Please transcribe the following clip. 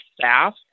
staff